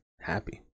happy